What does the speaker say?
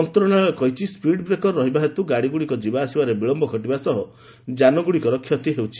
ମନ୍ତ୍ରଣାଳୟ କହିଛି speed breaker ରହିବା ହେତୁ ଗାଡ଼ିଗୁଡ଼ିକ ଯିବା ଆସିବାରେ ବିଳମ୍ୟ ଘଟିବା ସହ ଯାନଗୁଡ଼ିକ କ୍ଷତି ହେଉଛି